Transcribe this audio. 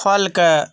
फलकेँ